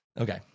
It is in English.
Okay